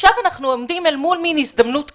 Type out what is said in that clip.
אנחנו עומדים עכשיו אל מול מין הזדמנות כזאת,